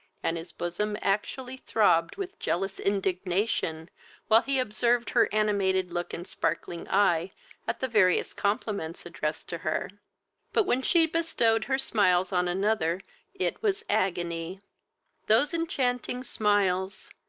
and his bosom actually throbbed with jealous indignation while he observed her animated look and sparkling eye at the various compliments addressed to her but when she bestowed her smiles on another it was agony those enchanting smiles,